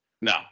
No